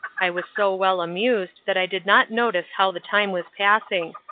i was so well amused that i did not notice how the time was passing,